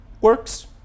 works